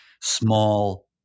small